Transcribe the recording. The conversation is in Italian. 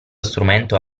strumento